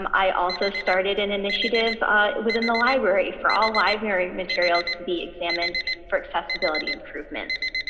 um i also started an initiative within the library for all library materials to be examined for accessibility improvements.